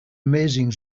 amazing